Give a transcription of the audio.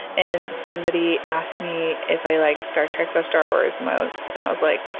and, somebody asked me if i like star trek or star wars most and i was like,